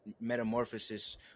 metamorphosis